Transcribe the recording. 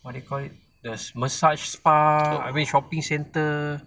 what do you call it the massage spa abeh shopping centre